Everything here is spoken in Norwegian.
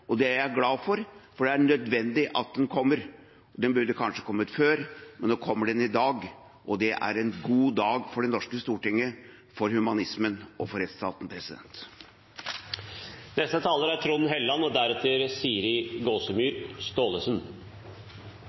og det er jeg glad for, for det er nødvendig at den kommer, den burde kanskje kommet før, men nå kommer den i dag, og det er en god dag for Det norske storting, for humanismen og for rettsstaten. I forrige uke hadde vi gode redegjørelser av både statsråd Listhaug og